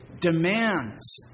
demands